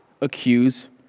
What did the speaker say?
accuse